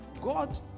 God